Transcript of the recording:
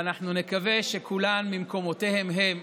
ואנחנו נקווה שכולם ממקומותיהם-הם